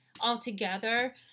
altogether